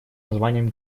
названием